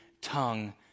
tongue